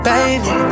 Baby